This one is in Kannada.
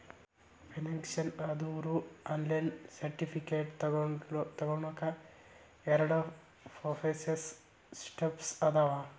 ಪೆನ್ಷನ್ ಆದೋರು ಆನ್ಲೈನ್ ಸರ್ಟಿಫಿಕೇಟ್ ತೊಗೋನಕ ಎರಡ ಪ್ರೋಸೆಸ್ ಸ್ಟೆಪ್ಸ್ ಅದಾವ